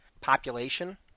population